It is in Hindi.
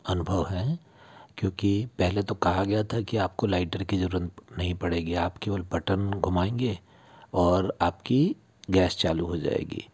अनुभव हैं क्योंकि पहले तो कहा गया था कि आपको लाइटर की जरूरत नहीं पड़ेगी आप केवल बटन घुमाएंगे और आपकी गैस हो जाएगी